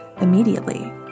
immediately